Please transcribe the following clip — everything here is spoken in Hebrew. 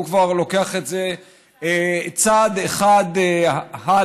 הוא כבר לוקח את זה צעד אחד הלאה.